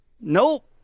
nope